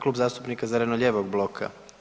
Klub zastupnika zeleno-lijevog bloka.